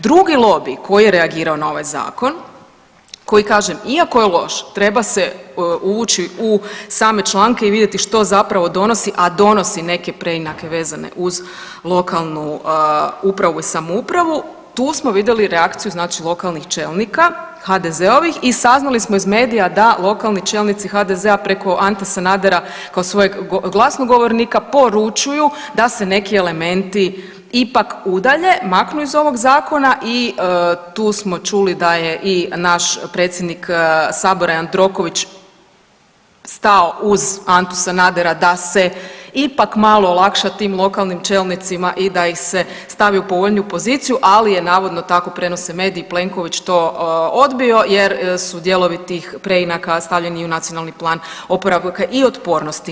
Drugi lobij koji je reagirao na ovaj zakon, koji kažem, iako je loš treba se ući u same članke i vidjeti što zapravo donosi, a donosi neke preinake vezane uz lokalnu upravu i samoupravu, tu smo vidjeli reakciju znači lokalnih čelnika HDZ-ovih i saznali smo iz medija da lokalni čelnici HDZ-a preko Ante Sanadera kao svojeg glasnogovornika poručuju da se neki elementi ipak udalje, maknu iz ovog zakona i tu smo čuli da je i naš predsjednik sabora Jandroković stao uz Antu Sanadera da se ipak malo olakša tim lokalnim čelnicima i da ih se stavi u povoljniju poziciju, ali je navodno tako prenose mediji Plenković to odbio jer su dijelovi tih preinaka stavljeni u Nacionalni plan oporavka i otpornosti.